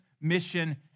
mission